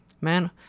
Man